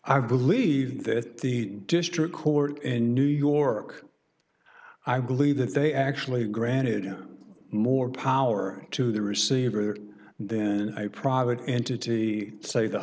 i believe that the district court in new york i believe that they actually granted more power to the receiver then a private entity say the